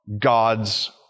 God's